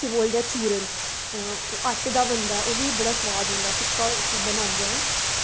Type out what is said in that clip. ते उसी बोलदे न चूरन आटै दा बनदा ऐ ते ओह्बी बड़ा सोआद होंदा ऐ ते कदूं उसी बनांदे न